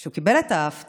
כשהוא קיבל את האפטר